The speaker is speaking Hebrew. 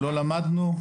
לא למדנו?